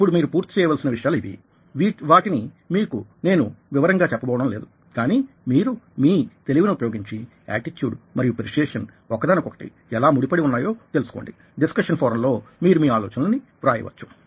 ఇప్పుడు మీరు పూర్తి చేయవలసిన విషయాలు ఇవీవాటిని మీకు నేను వివరంగా చెప్పబోవడం లేదు కానీ మీరు మీ తెలివిని ఉపయోగించి ఏటిట్యూడ్ మరియు పెర్సుయేసన్ ఒకదానికొకటి ఎలా ముడి పడి వున్నాయో తెలుసుకోండి డిస్కషన్ ఫోరం లో మీరు మీ ఆలోచనలను వ్రాయవచ్చు